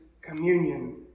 communion